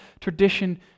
tradition